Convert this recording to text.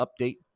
update